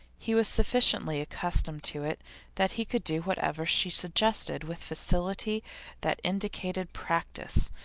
he was sufficiently accustomed to it that he could do whatever she suggested with facility that indicated practice,